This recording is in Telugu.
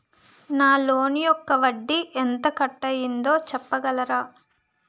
నా లోన్ యెక్క వడ్డీ ఎంత కట్ అయిందో చెప్పగలరా?